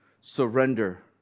surrender